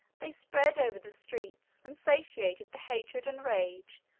they spread over the streets, and satiated the hatred and rage,